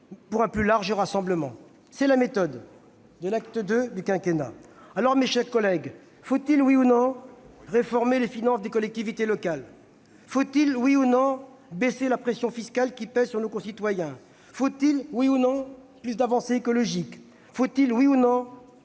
pour un plus large rassemblement. C'est la méthode de l'acte II du quinquennat. Mes chers collègues, faut-il, oui ou non, réformer les finances des collectivités locales ? Faut-il, oui ou non, réduire la pression fiscale qui pèse sur nos concitoyens ? Faut-il, oui ou non, plus d'avancées écologiques ? Faut-il, oui ou non, étendre le